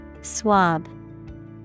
Swab